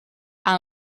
aan